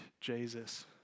Jesus